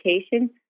education